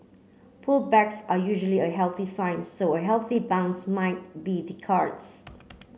pullbacks are usually a healthy sign so a healthy bounce might be the cards